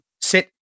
sit